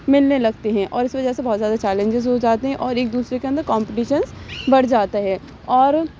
ملنے لگتے ہیں اور اس وجہ سے بہت زیادہ چیلینجز ہو جاتے ہیں اور ایک دوسرے کے اندر کمپٹیشنس بڑھ جاتا ہے اور